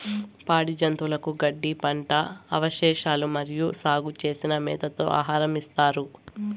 పాడి జంతువులకు గడ్డి, పంట అవశేషాలు మరియు సాగు చేసిన మేతతో ఆహారం ఇస్తారు